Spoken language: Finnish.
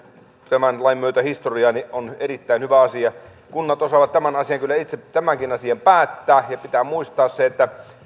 tämän lain myötä historiaan se on erittäin hyvä asia kunnat osaavat tämänkin asian kyllä itse päättää ja pitää muistaa että